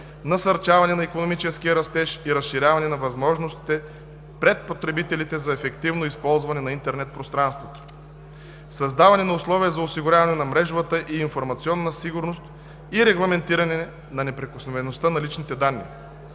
насърчаване на икономическия растеж и разширяване на възможностите пред потребителите за ефективно използване на интернет пространството; - създаване на условия за осигуряване на мрежовата и информационна сигурност и регламентиране на неприкосновеността на личните данни;